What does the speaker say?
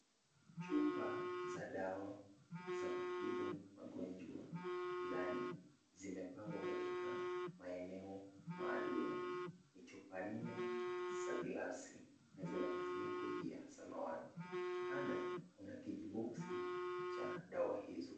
Chupa za dawa za kutibu magonjwa fulani zimepangwa katika maeneo maalum. Ni chupa nne za glasi na zina vifuniko ni vya samawati. Kando kuna kijiboksi cha dawa hizo.